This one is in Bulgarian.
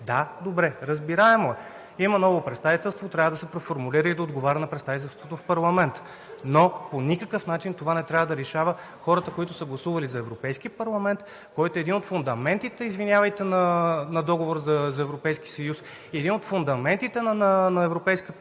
Да, добре, разбираемо е. Има ново представителство, трябва да се преформулира и да отговаря на представителството в парламента, но по никакъв начин това не трябва да лишава хората, които са гласували за Европейски парламент, който е един от фундаментите, извинявайте, на Договора за Европейския съюз и един от фундаментите на европейската общност,